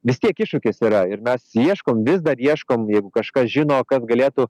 vis tiek iššūkis yra ir mes ieškom vis dar ieškom jeigu kažkas žino kas galėtų